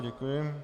Děkuji.